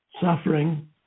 Suffering